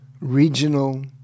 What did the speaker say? regional